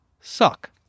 suck